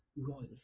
royal